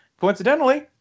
coincidentally